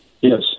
yes